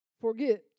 forget